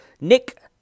Nick